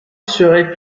serait